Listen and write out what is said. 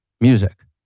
music